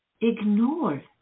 Ignore